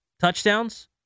touchdowns